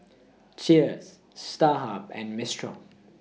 Cheers Starhub and Mistral